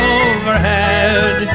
overhead